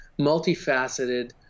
multifaceted